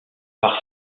par